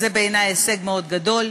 זה, בעיני, הישג מאוד גדול.